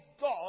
God